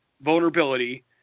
vulnerability